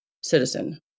citizen